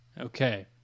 Okay